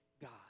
God